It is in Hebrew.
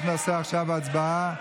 אנחנו נעשה עכשיו הצבעה.